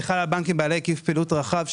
זה חל על בנקים בעלי היקף פעילות רחב,